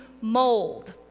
mold